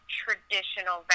traditional